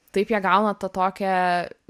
taip jie gauna tą tokią